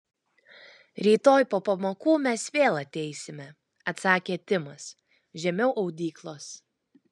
rytoj po pamokų mes vėl ateisime atsakė timas žemiau audyklos